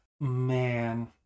man